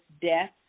death